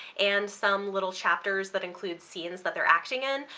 and some little chapters that include scenes that they're acting in,